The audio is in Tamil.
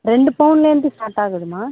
ரெண்டு பவுன்லேந்து ஸ்டார்ட் ஆகுதும்மா